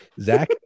Zach